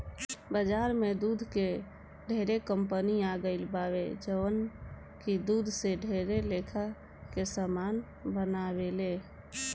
बाजार में दूध के ढेरे कंपनी आ गईल बावे जवन की दूध से ढेर लेखा के सामान बनावेले